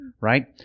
Right